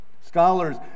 Scholars